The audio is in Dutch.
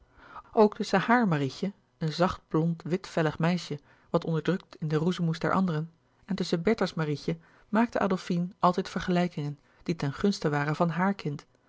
ook tusschen haar marietje een zacht blond louis couperus de boeken der kleine zielen witvellig meisje wat onderdrukt in de roezemoes der anderen en tusschen bertha's marietje maakte adolfine altijd vergelijkingen die ten gunste waren van haar kind